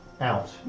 out